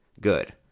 Good